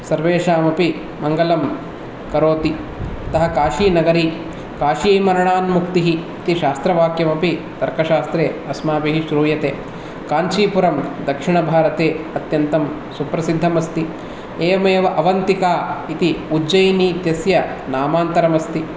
सर्वेषामपि मङ्गलं करोति अतः काशीनगरी काशीमरणान्मुक्तिः इति शास्त्रवाक्यमपि तर्कशास्त्रे अस्माभिः श्रूयते काञ्चीपुरं दक्षिणभारते अत्यन्तं सुप्रसिद्धमस्ति एवमेव अवन्तिका इति उज्जयिनी इत्यस्य नामान्तरमस्ति